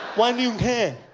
why do you care?